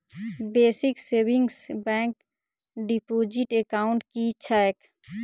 Basic savings bank deposit account की छैक?